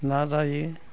ना जायो